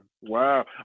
Wow